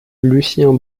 lucien